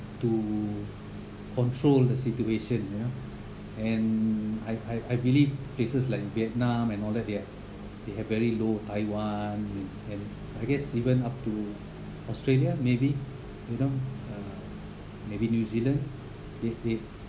to control the situation you know and I I I believe places like vietnam and all that they're they have very low taiwan and and I guess even up to australia maybe you know uh maybe new zealand they they